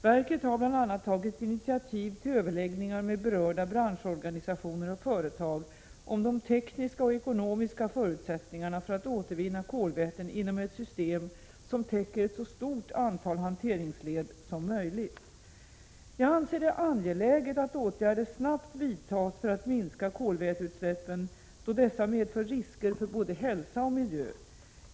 Verket har bl.a. tagit initiativ till överläggningar med berörda branschorganisationer och företag om de tekniska och ekonomiska förutsättningarna för att återvinna kolväten inom ett system som täcker ett så stort antal hanteringsled som möjligt. Jag anser det angeläget att åtgärder snabbt vidtas för att minska kolväteutsläppen, då dessa medför risker för både hälsa och miljö.